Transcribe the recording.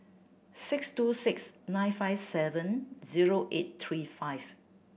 six two six nine five seven zero eight three five